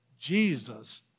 Jesus